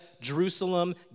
Jerusalem